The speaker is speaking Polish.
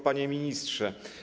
Panie Ministrze!